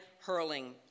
hurling